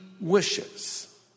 wishes